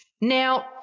Now